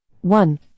One